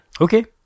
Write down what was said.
Okay